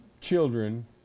children